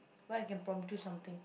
right I can prompt you something